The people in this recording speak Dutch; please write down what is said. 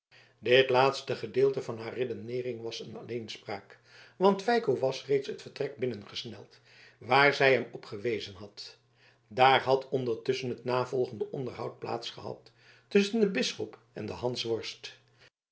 dit laatste gedeelte van haar redeneering was een alleenspraak want feiko was reeds het vertrek binnengesneld waar zij hem op gewezen had daar had ondertusschen het navolgende onderhoud plaats gehad tusschen den bisschop en den